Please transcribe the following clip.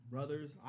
Brothers